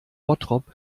bottrop